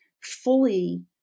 fully